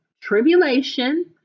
tribulation